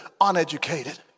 uneducated